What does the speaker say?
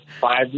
five